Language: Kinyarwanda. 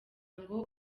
ngo